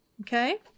Okay